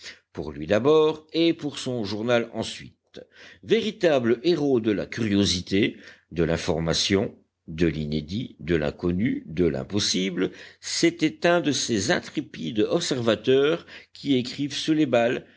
pour lui d'abord et pour son journal ensuite véritable héros de la curiosité de l'information de l'inédit de l'inconnu de l'impossible c'était un de ces intrépides observateurs qui écrivent sous les balles